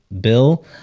bill